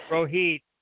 Rohit